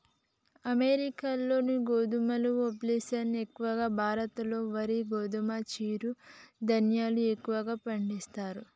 అమెరికాలో గోధుమలు ఆపిల్స్ ఎక్కువ, భారత్ లో వరి గోధుమ చిరు ధాన్యాలు ఎక్కువ పండిస్తారు